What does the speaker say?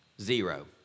zero